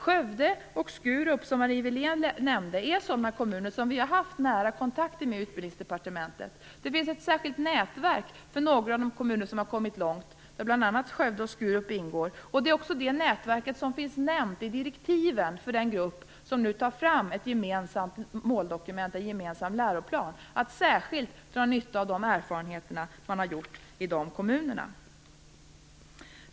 Skövde och Skurup som hon nämnde är sådana kommuner som vi på Utbildningsdepartementet har haft nära kontakt med. Det finns ett särskilt nätverk för några av de kommuner som har kommit långt, där bl.a. Skövde och Skurup ingår. Det nätverket är också nämnt i direktiven för den grupp som nu tar fram ett gemensamt måldokument och en gemensam läroplan. Man skall särskilt dra nytta av de erfarenheter som har gjorts i de kommunerna.